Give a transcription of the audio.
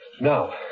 Now